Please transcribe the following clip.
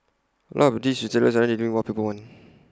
A lot of these retailers aren't delivering what people want